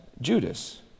Judas